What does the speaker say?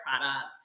products